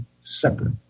separate